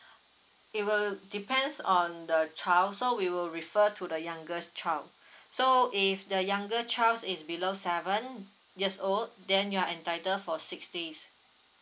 it will depends on the child so we will refer to the youngest child so if the younger child is below seven years old then you are entitled for six days